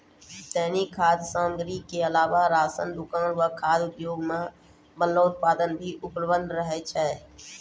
दैनिक खाद्य सामग्री क अलावा राशन दुकान म खाद्य उद्योग सें बनलो उत्पाद भी उपलब्ध रहै छै